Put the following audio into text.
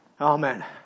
Amen